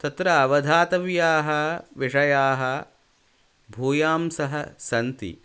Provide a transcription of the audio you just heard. तत्र अवधातव्याः विषयाः भूयांसः सन्ति